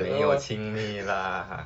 没有亲密 lah